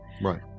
Right